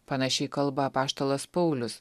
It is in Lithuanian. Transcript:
panašiai kalba apaštalas paulius